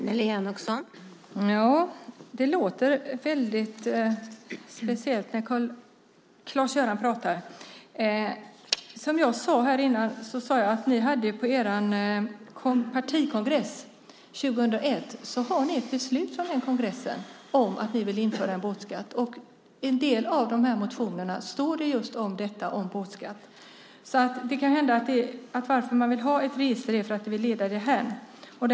Fru talman! Det låter väldigt speciellt när Claes-Göran pratar. Som jag sade innan har ni ett beslut från er partikongress 2001 om att ni vill införa en båtskatt. I en del av motionerna står det om båtskatt. Det kan hända att ni vill ha ett båtregister för att leda det därhän.